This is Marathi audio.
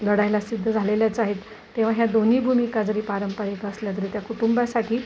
लढायला सिद्ध झालेल्याच आहेत तेव्हा ह्या दोन्ही भूमिका जरी पारंपरिक असल्या तरी त्या कुटुंबासाठी